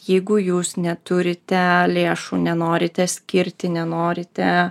jeigu jūs neturite lėšų nenorite skirti nenorite